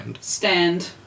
stand